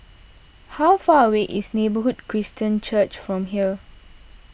how far away is Neighbourhood Christian Church from here